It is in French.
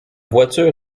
voiture